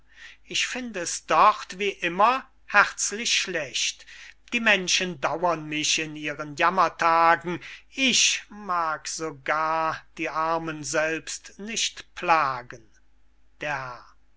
ich find es dort wie immer herzlich schlecht die menschen dauern mich in ihren jammertagen ich mag sogar die armen selbst nicht plagen